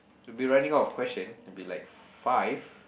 we'll be running out of question to be like five